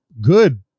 good